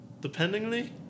dependingly